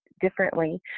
differently